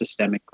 systemically